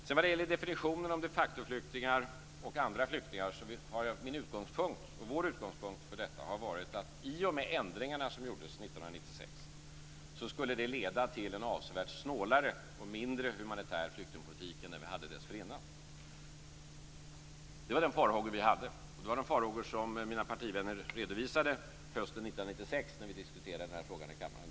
När det gäller definitionen av de facto-flyktingar och andra flyktingar har vår utgångspunkt varit att de ändringar som gjordes 1996 skulle leda till en avsevärt snålare och mindre humanitär flyktingpolitik än vi hade dessförinnan. Det var den farhåga som vi hade, och det var den farhåga som mina partivänner redovisade hösten 1996 då vi diskuterade den frågan i kammaren.